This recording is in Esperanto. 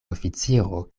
oficiro